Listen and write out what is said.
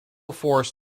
force